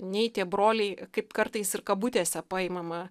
nei tie broliai kaip kartais ir kabutėse paimama